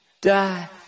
Die